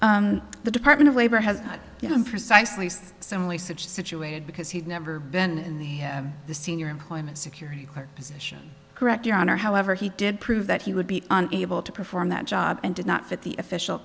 the department of labor has you know precisely so many such situated because he'd never been in the the senior employment security position correct your honor however he did prove that he would be able to perform that job and did not fit the official